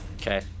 Okay